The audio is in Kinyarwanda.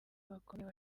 bakomeye